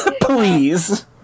please